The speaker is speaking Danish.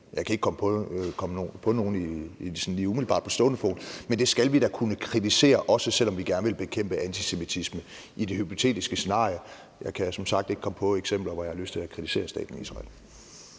jeg kan ikke sådan lige umiddelbart på stående fod komme på nogen – skal kunne kritisere det, også selv om vi gerne vil bekæmpe antisemitisme i det hypotetiske scenarie. Jeg kan som sagt ikke komme på eksempler, hvor jeg har lyst til at kritisere staten Israel.